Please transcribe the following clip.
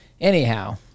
anyhow